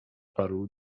paru